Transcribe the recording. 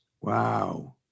Wow